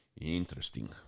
Interesting